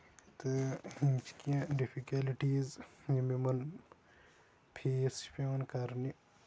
تہٕ اَتھ منٛز چھِ کیٚنٛہہ ڈِفَکیلٹیٖز یِم یِمن فیس چھِ پیوان کَرنہِ